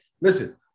listen